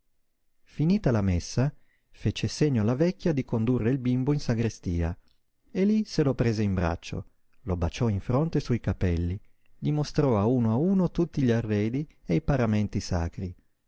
finita la messa fece segno alla vecchia di condurre il bimbo in sagrestia e lí se lo prese in braccio lo baciò in fronte e sui capelli gli mostrò a uno a uno tutti gli arredi e i paramenti sacri